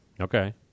Okay